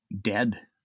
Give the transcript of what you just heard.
dead